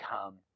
come